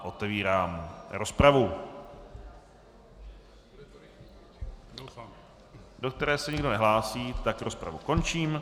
Otevírám rozpravu, do které se nikdo nehlásí, tak rozpravu končím.